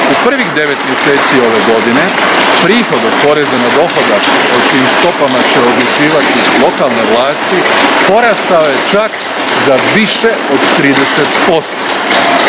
U prvih devet mjeseci ove godine prihod od poreza na dohodak, o čijim stopama će odlučivati lokalne vlasti, porastao je za više od 30%.